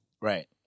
right